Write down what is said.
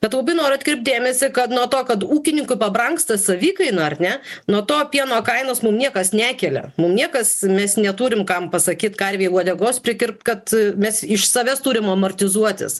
bet labai noriu atkreipt dėmesį kad nuo to kad ūkininku pabrangsta savikaina ar ne nuo to pieno kainos mum niekas nekelia mum niekas mes neturim kam pasakyt karvei uodegos prikirpt kad mes iš savęs turim amortizuotis